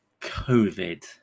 covid